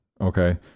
Okay